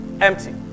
empty